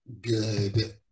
good